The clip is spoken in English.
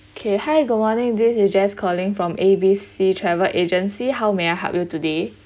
okay hi good morning this is jess calling from A B C travel agency how may I help you today